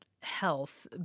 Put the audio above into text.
health